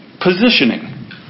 positioning